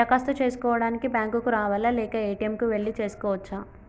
దరఖాస్తు చేసుకోవడానికి బ్యాంక్ కు రావాలా లేక ఏ.టి.ఎమ్ కు వెళ్లి చేసుకోవచ్చా?